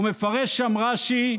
ומפרש שם רש"י: